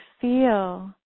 feel